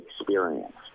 experience